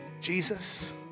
Jesus